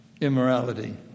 immorality